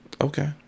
Okay